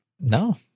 no